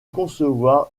concevoir